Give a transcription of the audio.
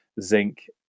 zinc